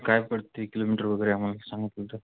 काय पडते किलोमीटर वगैरे आम्हाला सांग